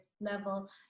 level